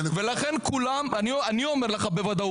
זה עניין של נראות.